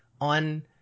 on